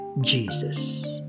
Jesus